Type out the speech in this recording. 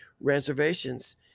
reservations